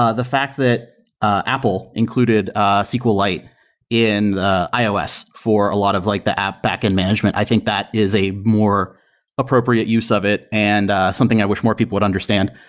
ah the fact that apple included sqlite in the ios for a lot of like the app backend management, i think that is a more appropriate use of it and something i wish more people would understand.